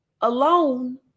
alone